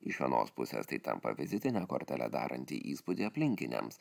iš vienos pusės tai tampa vizitine kortele daranti įspūdį aplinkiniams